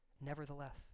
nevertheless